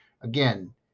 Again